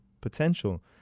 potential